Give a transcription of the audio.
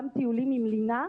גם טיולים עם לינה.